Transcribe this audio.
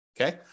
Okay